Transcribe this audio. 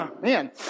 man